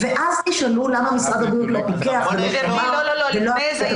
ואז תשאלו למה משרד הבריאות לא פיקח --- אז אנחנו עושים את